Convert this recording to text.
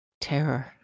terror